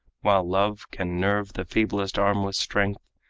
while love can nerve the feeblest arm with strength,